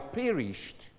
perished